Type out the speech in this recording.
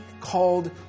called